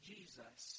Jesus